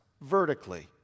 vertically